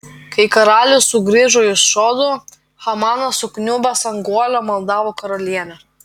kai karalius sugrįžo iš sodo hamanas sukniubęs ant guolio maldavo karalienę